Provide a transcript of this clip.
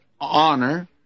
honor